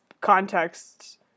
context